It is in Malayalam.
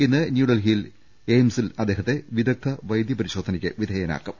ഇന്ന് ന്യൂഡൽഹിയിലെ എയിംസിൽ അദ്ദേഹത്തെ വിശദ വൈദൃപരിശോധനക്ക് വിധേയനാക്കും